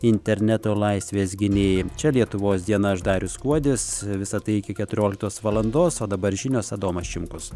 interneto laisvės gynėjai čia lietuvos diena aš darius kuodis visa tai iki keturioliktos valandos o dabar žinios adomas šimkus